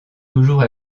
toujours